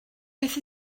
beth